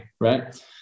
right